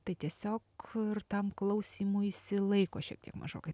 tai tiesiog ir tam klausymuisi laiko šiek tiek mažoka